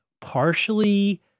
partially